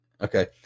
Okay